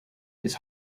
his